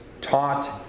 taught